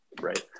right